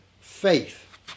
faith